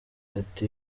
ati